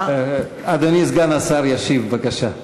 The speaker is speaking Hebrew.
אדוני סגן השר ישיב, בבקשה.